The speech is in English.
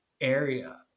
area